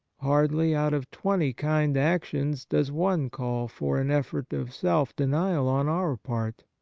hardly out of twenty kind actions does one call for an effort of self denial on our part.